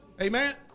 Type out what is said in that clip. Amen